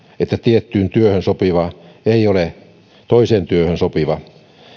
että tiettyyn työhön sopiva ei ole toiseen työhön sopiva